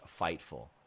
Fightful